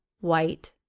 white